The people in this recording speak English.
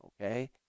okay